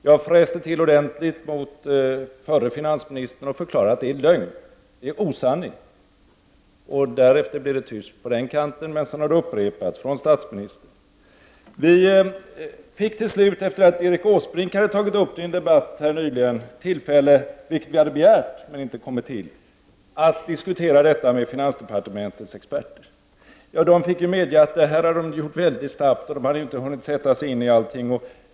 Jag fräste till ordentligt mot förre finansministern och förklarade att det är osanning. Därefter blev det tyst på den kanten, men sedan har det upprepats av statsministern. Vi fick till slut, efter det att Erik Åsbrink hade tagit upp det i en debatt här nyligen, tillfälle — vilket vi hade begärt men inte tidigare uppnått — att diskutera detta med finansdepartementets experter. De fick ju medge att det här hade de gjort väldigt snabbt; de hade inte hunnit sätta sig in i allting.